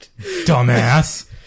Dumbass